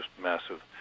massive